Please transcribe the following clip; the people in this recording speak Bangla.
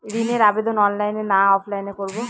ঋণের আবেদন অনলাইন না অফলাইনে করব?